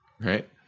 right